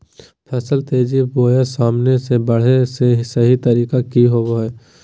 फसल तेजी बोया सामान्य से बढने के सहि तरीका कि होवय हैय?